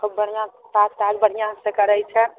खुब बढ़िआँ से काज ताल खुब बढ़िआँ से करैत छथि